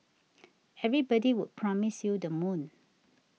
everybody would promise you the moon